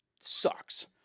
sucks